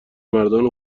مردان